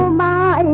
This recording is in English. la